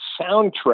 soundtrack